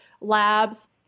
labs